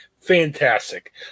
Fantastic